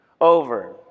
Over